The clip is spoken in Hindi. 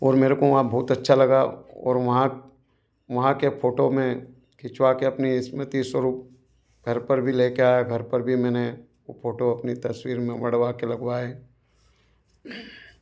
और मेरे को वहाँ बहुत अच्छा लगा और वहाँ वहाँ के फोटो मैं खिंचवा कर अपनी स्मृति स्वरूप घर पर भी ले कर आये घर पर भी उन्होंने फोटो अपनी तस्वीर में मढ़वा कर लगवाए